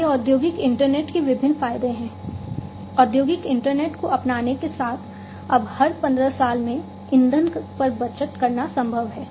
ये औद्योगिक इंटरनेट के विभिन्न फायदे हैं औद्योगिक इंटरनेट को अपनाने के साथ अब हर 15 साल में ईंधन पर बचत करना संभव है